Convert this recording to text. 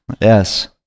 Yes